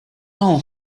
all